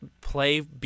play